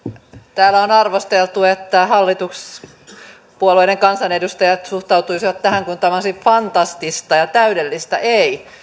täällä on arvosteltu että hallituspuolueiden kansanedustajat suhtautuisivat tähän kuin tämä olisi fantastista ja täydellistä ei